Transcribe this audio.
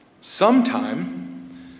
sometime